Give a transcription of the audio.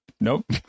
nope